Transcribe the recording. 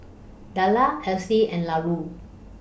Dellar Esley and Lauri